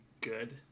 good